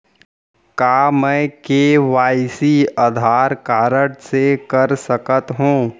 का मैं KYC Aadhaar card से कर सकत हो?